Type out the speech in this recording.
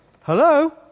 Hello